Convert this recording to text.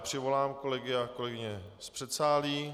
Přivolám kolegy a kolegyně z předsálí.